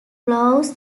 flows